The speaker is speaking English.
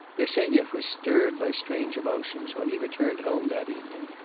bersenyev was stirred by strange emotions when he returned home that evening.